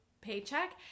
paycheck